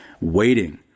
waiting